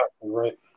right